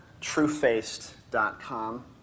truefaced.com